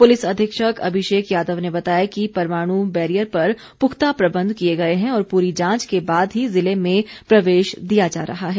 police अधीक्षक अभिषेक यादव ने बताया है कि परवाणू बैरियर पर पुख्ता प्रबंध किये गए हैं और पूरी जांच के बाद ही ज़िले में प्रवेश दिया जा रहा है